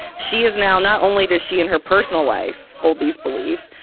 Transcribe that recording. she is now not only does she and her personal life hold these beliefs,